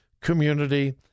community